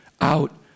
out